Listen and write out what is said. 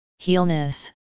healness